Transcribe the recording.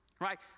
right